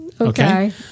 Okay